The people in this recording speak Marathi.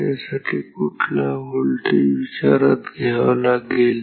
याच्यासाठी कुठला व्होल्टेज विचारात घ्यावा लागेल